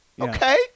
Okay